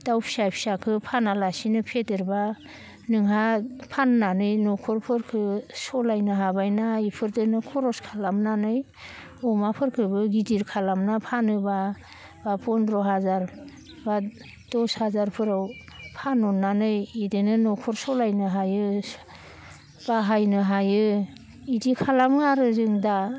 दाउ फिसा फिसाखो फानालासिनो फेदेरब्ला नोंहा फाननानै न'खरफोरखो सलायनो हाबायना इफोरदो खरस खालामनानै अमाफोरखोबो गिदिर खालामना फानोब्ला बा फन्द्र' हाजार बा दस हाजारफोराव फानहरनानै इदिनो न'खर सलायनो हायो बाहायनो हायो इदि खालामो आरो जों दा